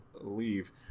leave